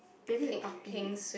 baby with puppy